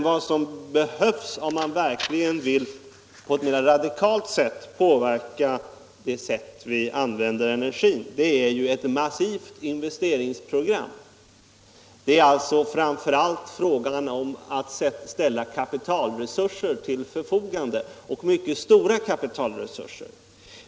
Vad som behövs om man verkligen radikalt vill påverka vår energianvändning är ett massivt investeringsprogram. Det är alltså framför allt fråga om att ställa kapitalresurser till förfogande, och mycket stora kapitalresurser.